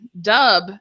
dub